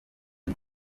ngo